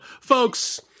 Folks